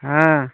हाँ